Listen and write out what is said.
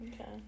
Okay